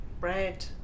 bread